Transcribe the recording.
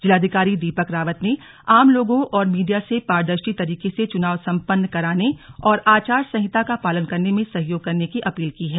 जिलाधिकारी दीपक रावत ने आम लोगों और मीडिया से पारदर्शी तरीके से चुनाव सम्पन्न कराने और अचार संहिता का पालन करने में सहयोग करने की अपील की है